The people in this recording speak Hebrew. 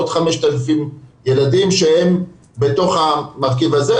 עוד 5,000 ילדים שהם בתוך המרכיב הזה,